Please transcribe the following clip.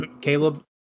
Caleb